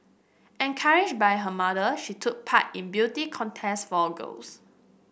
encouraged by her mother she took part in beauty contests for girls